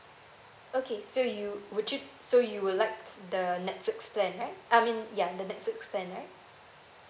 okay so you would you so you would like the netflix plan right I mean ya the netflix plan right